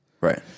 Right